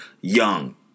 young